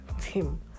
team